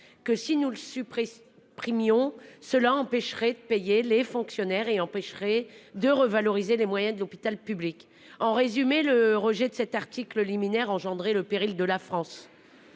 que si nous le suppression. Prions cela empêcherait de payer les fonctionnaires et empêcherait de revaloriser les moyens de l'hôpital public. En résumé, le rejet de cet article liminaire engendré le péril de la France.